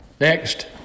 Next